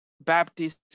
baptist